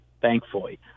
thankfully